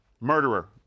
Murderer